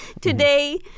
today